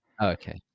Okay